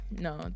no